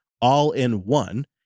All-in-One